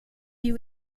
you